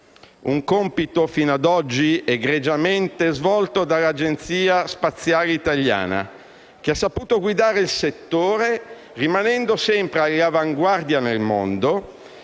un compito fino a oggi egregiamente svolto dall'Agenzia spaziale italiana, che ha saputo guidare il settore rimanendo sempre all'avanguardia nel mondo,